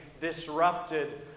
disrupted